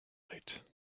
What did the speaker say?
night